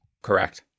Correct